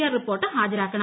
R report ഹാജരാക്കണം